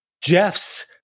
Jeff's